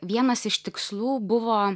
vienas iš tikslų buvo